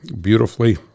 beautifully